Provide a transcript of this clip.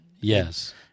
Yes